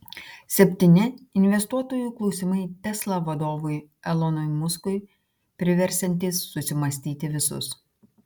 septyni investuotojų klausimai tesla vadovui elonui muskui priversiantys susimąstyti visus